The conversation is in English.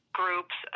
groups